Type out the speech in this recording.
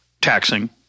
taxing